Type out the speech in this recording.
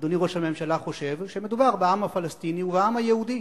אדוני ראש הממשלה חושב שמדובר בעם הפלסטיני ובעם היהודי,